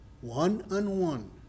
one-on-one